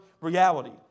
reality